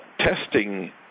testing